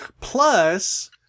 Plus